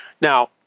Now –